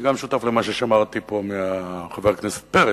אני גם שותף למה ששמעתי פה מחבר הכנסת פרץ.